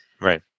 Right